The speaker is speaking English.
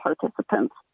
participants